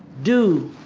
do.